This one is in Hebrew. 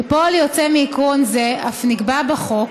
כפועל יוצא מעיקרון זה, אף נקבע בחוק